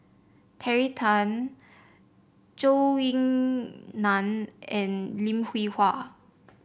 Terry Tan Zhou Ying Nan and Lim Hwee Hua